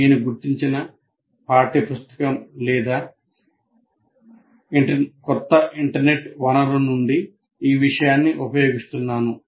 నేను గుర్తించిన పాఠ్య పుస్తకం లేదా కొంత ఇంటర్నెట్ వనరు నుండి ఈ విషయాన్ని ఉపయోగిస్తున్నాను